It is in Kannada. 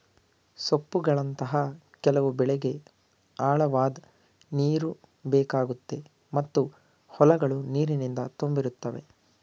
ಸೊಪ್ಪುಗಳಂತಹ ಕೆಲವು ಬೆಳೆಗೆ ಆಳವಾದ್ ನೀರುಬೇಕಾಗುತ್ತೆ ಮತ್ತು ಹೊಲಗಳು ನೀರಿನಿಂದ ತುಂಬಿರುತ್ತವೆ